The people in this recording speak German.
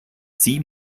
sie